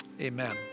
amen